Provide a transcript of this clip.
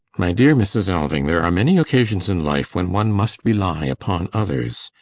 my dear mrs. alving, there are many occasions in life when one must rely upon others.